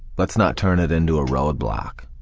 let's not turn it into a roadblock.